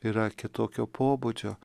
yra kitokio pobūdžio